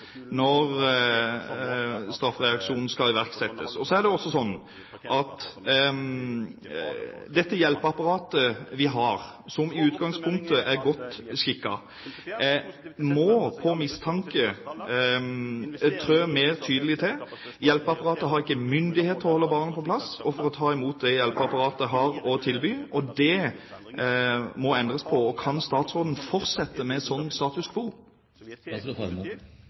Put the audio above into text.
når straffereaksjonen skal iverksettes. Det er også sånn at det hjelpeapparatet vi har, som i utgangspunktet er godt skikket, må trå mer tydelig til på mistanke. Hjelpeapparatet har ikke myndighet til å holde barna på plass for å ta imot det hjelpeapparatet har å tilby. Det må endres på. Kan statsråden fortsette med